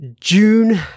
June